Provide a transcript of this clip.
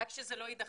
רק שזה לא ידחה.